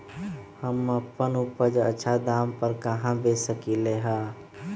हम अपन उपज अच्छा दाम पर कहाँ बेच सकीले ह?